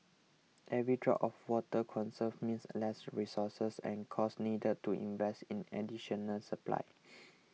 every drop of water conserved means less resources and costs needed to invest in additional supply